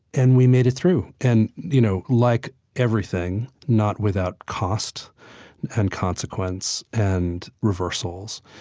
and we made it through. and, you know, like everything not without cost and consequence and reversals.